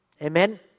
Amen